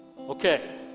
Okay